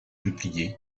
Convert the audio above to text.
peupliers